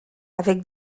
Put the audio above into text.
avec